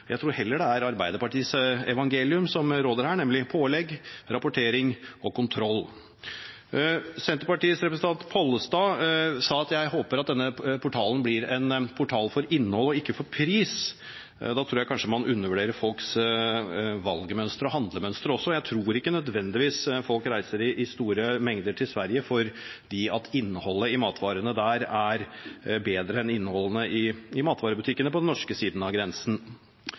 Jeg tror det heller er Arbeiderpartiets evangelium som råder her, nemlig pålegg, rapportering og kontroll. Senterpartiets representant Pollestad sa at han håper denne portalen blir en portal for innhold og ikke for pris. Da tror jeg kanskje man undervurderer folks valgmønstre og handlemønstre. Jeg tror ikke nødvendigvis folk reiser i store mengder til Sverige fordi innholdet i matvarene der er bedre enn innholdet i matvarene i butikkene på den norske siden av grensen.